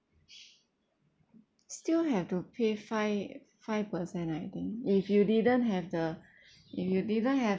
still have to pay five five percent I think if you didn't have the if you didn't have